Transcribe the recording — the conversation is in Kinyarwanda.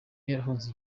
yarahunze